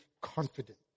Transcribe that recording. confident